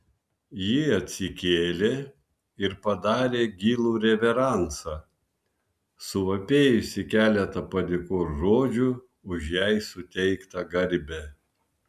ji atsikėlė ir padarė gilų reveransą suvapėjusi keletą padėkos žodžių už jai suteiktą garbę